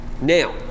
Now